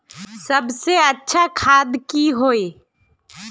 सबसे अच्छा खाद की होय?